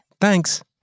Thanks